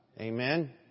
Amen